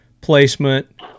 placement